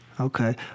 Okay